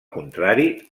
contrari